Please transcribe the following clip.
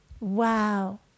Wow